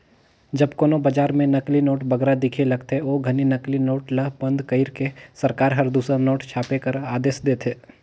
जब कोनो बजार में नकली नोट बगरा दिखे लगथे, ओ घनी नकली नोट ल बंद कइर के सरकार हर दूसर नोट छापे कर आदेस देथे